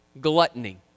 Gluttony